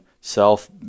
self